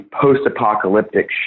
post-apocalyptic